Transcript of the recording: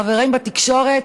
חברים בתקשורת,